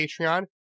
Patreon